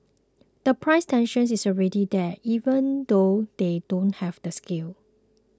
the price tension is already there even though they don't have the scale